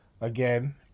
again